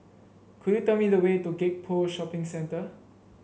could you tell me the way to Gek Poh Shopping Centre